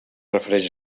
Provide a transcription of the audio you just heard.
refereix